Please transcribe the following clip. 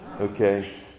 Okay